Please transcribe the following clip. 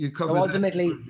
ultimately